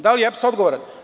Da li je EPS odgovoran?